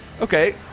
okay